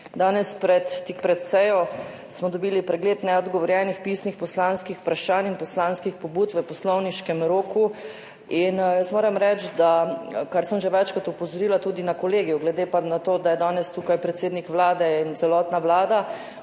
Danes tik pred sejo smo dobili pregled neodgovorjenih pisnih poslanskih vprašanj in poslanskih pobud v poslovniškem roku in jaz moram reči, kar sem že večkrat opozorila tudi na kolegiju, glede na to, da je danes tukaj predsednik Vlade in celotna vlada,